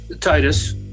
Titus